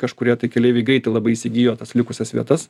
kažkurie tai keleiviai greitai labai įsigijo tas likusias vietas